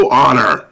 honor